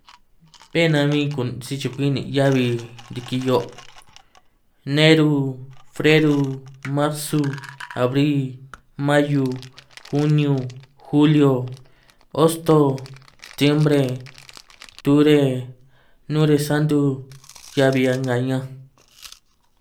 Bé nan bin ku' sichukwi nin' hiabi riki hio' neru, freru. marsu, abri, mayu, juniu, juliu, hosto, stiembre, tubre, nuresanto, hiabi a'nga ña'anj.